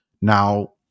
now